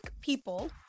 people